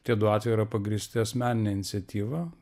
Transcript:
tie du atvejai yra pagrįsti asmenine iniciatyva